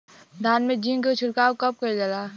धान में जिंक क छिड़काव कब कइल जाला?